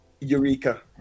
Eureka